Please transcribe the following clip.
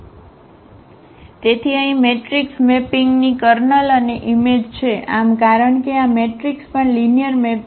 તેથી અહીં મેટ્રિક્સ મેપિંગની કર્નલ અને ઈમેજ છે આમ કારણ કે આ મેટ્રિક્સ પણ લિનિયર મેપ છે